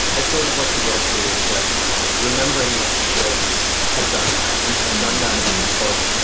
i suppose what provoked me is just remembering that schulz had done that and had done that in his book,